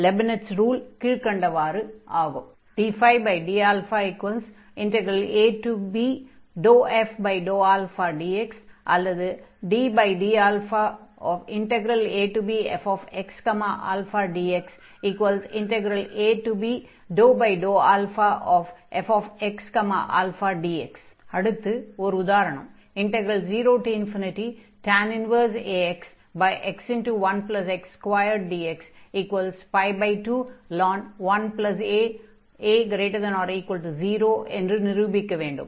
Leibniz rule கீழ்க்கண்டவாறு ஆகும் ddαab∂fxα∂αdx அல்லது ddαabfxαdxab∂fxα∂αdx அடுத்து ஒர் உதாரணம் 0tan 1axx1x2dx2ln 1a ifa≥0 என்று நிரூபிக்க வேண்டும்